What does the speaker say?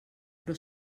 però